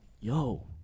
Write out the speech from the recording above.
yo